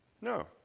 No